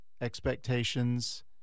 expectations